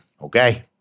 okay